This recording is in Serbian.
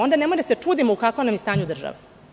Onda nemojmo da se čudimo u kakvoj nam je stanju država.